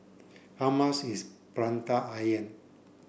how much is Prata Onion